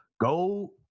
Go